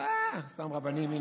אה, סתם רבנים.